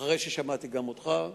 אחרי ששמעתי גם אותך,